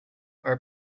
are